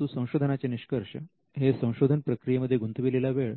परंतु संशोधनाचे निष्कर्ष हे संशोधन प्रक्रियेमध्ये गुंतविलेला वेळ